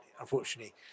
unfortunately